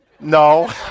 No